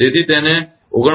તેથી તેને 49